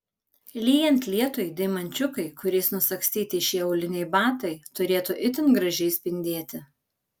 lyjant lietui deimančiukai kuriais nusagstyti šie auliniai batai turėtų itin gražiai spindėti